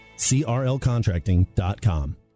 CRLcontracting.com